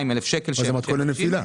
זה מתכון לנפילה.